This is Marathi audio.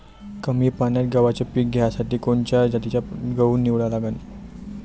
कमी पान्यात गव्हाचं पीक घ्यासाठी कोनच्या जातीचा गहू निवडा लागन?